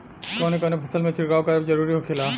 कवने कवने फसल में छिड़काव करब जरूरी होखेला?